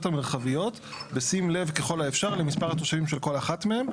המרחביות בשים לב ככל האפשר למספר התושבים של כל אחת מהן,